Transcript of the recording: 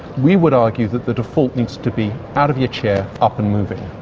we would argue that the default needs to be out of your chair, up and moving.